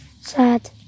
Sad